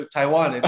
Taiwan